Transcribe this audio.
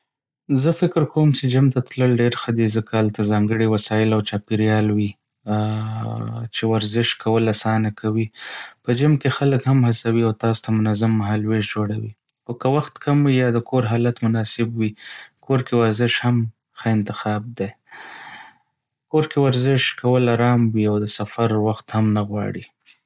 زه فکر کوم چې جېم ته تلل ډېر ښه دي ځکه هلته ځانګړې وسایل او چاپیریال وي چې ورزش کول اسانه کوي. په جېم کې خلک هم هڅوي او تاسو ته منظم مهالویش جوړوي. خو که وخت کم وي یا د کور حالت مناسب وي، کور کې ورزش هم ښه انتخاب دی. کور کې ورزش کول ارام وي او د سفر وخت هم نه غواړي.